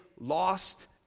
lost